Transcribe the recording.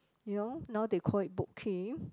you know now they call it Boat-Quay